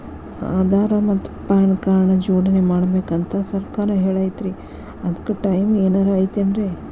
ಆಧಾರ ಮತ್ತ PAN card ನ ಜೋಡಣೆ ಮಾಡ್ಬೇಕು ಅಂತಾ ಸರ್ಕಾರ ಹೇಳೈತ್ರಿ ಅದ್ಕ ಟೈಮ್ ಏನಾರ ಐತೇನ್ರೇ?